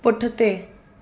पुठिते